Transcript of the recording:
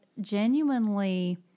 genuinely